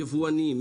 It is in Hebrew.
יבואנים,